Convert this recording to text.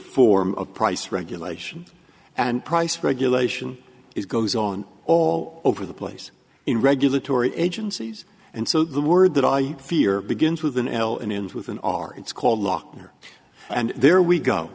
form of price regulation and price regulation is goes on all over the place in regulatory agencies and so the word that i fear begins with an l and ends with an r it's called lochner and there we go